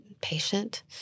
patient